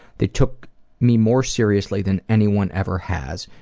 they took me more seriously than anyone ever has.